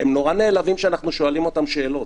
הם מאוד נעלבים כשאנחנו שואלים אותם שאלות,